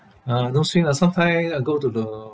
uh no swim ah sometime I go to the